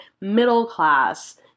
middle-class